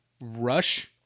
Rush